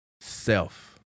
self